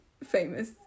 famous